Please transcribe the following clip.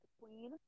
Queen